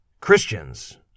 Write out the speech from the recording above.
Christians